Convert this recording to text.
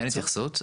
אין התייחסות.